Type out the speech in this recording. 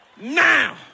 now